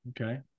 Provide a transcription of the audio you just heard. Okay